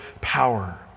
power